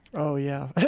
oh, yeah.